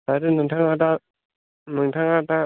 आरो नोंथाङा दा